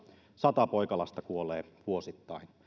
sata poikalasta kuolee vuosittain